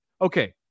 okay